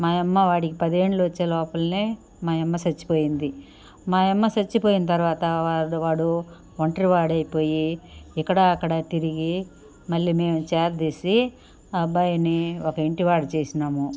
మాయమ్మ వాడికి పదేండ్లు వచ్చేలోపలనే మాయమ్మ చచ్చిపోయింది మాయమ్మ సచ్చిపోయిన తర్వాత వాడు వాడు ఒంటరి వాడయిపోయి ఇక్కడా అక్కడా తిరిగి మళ్ళీ మేమే చేరదీసి అబ్బాయిని ఒక ఇంటి వాడిని చేసినాము